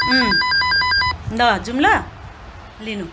ल जाउँ ल लिनु